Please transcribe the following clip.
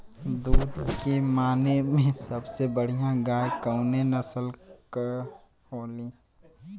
दुध के माने मे सबसे बढ़ियां गाय कवने नस्ल के होली?